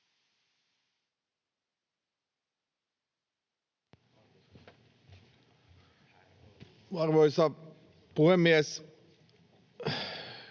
Arvoisa puhemies!